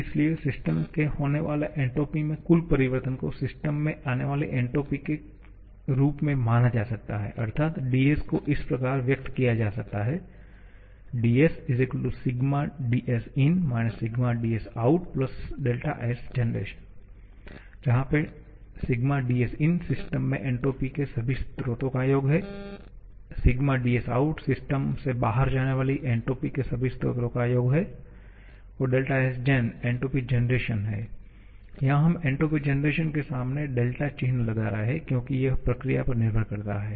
इसलिए सिस्टम के होने वाले एन्ट्रापी में कुल परिवर्तन को सिस्टम में आनेवाली एन्ट्रापी के रूप में माना जा सकता है अर्थात dS को इस प्रकार व्यक्त किया जा सकता है 𝑑𝑆 𝛴𝑑𝑆𝑖𝑛 − 𝛴𝑑𝑆𝑜𝑢𝑡𝛿𝑆𝑔𝑒𝑛 जहा पे 𝛴𝑑𝑆𝑖𝑛 सिस्टम में एन्ट्रापी के सभी स्रोतों का योग है 𝛴𝑑𝑆𝑜𝑢𝑡सिस्टम से बाहर जाने वाली एंट्रोपी के सभी स्रोतों का योग है 𝛿𝑆𝑔𝑒𝑛एन्ट्रापी जनरेशन है यहाँ हम एन्ट्रापी जनरेशन के सामने δ चिन्ह लगा रहे हैं क्योंकि यह प्रक्रिया पर निर्भर करता है